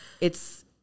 it's-